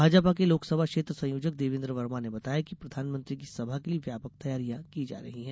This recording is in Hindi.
भाजपा के लोकसभा क्षेत्र संयोजक देवेन्द्र वर्मा ने बताया कि प्रधानमंत्री की सभा के लिए व्यापक तैयारियां की जा रही है